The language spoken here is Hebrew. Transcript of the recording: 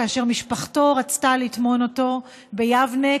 כאשר משפחתו רצתה לטמון אותו ביבנה,